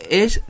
es